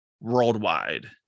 worldwide